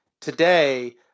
Today